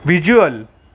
visual